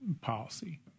policy